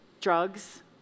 drugs